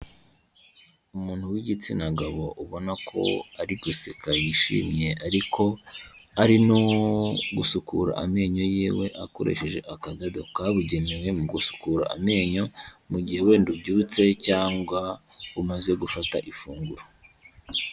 Umuntu w'igitsina gabo ubona ko ari guseka yishimye ariko ari no gusukura amenyo yiwe akoresheje akadodo kabugenewe mu gusukura amenyo, mu gihe wenda ubyutse cyangwa umaze gufata ifunguro.